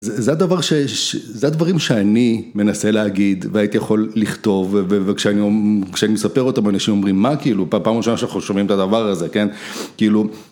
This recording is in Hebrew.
זה הדברים שאני מנסה להגיד והייתי יכול לכתוב וכשאני מספר אותם אנשים אומרים מה כאילו פעם ראשונה שאנחנו שומעים את הדבר הזה כן כאילו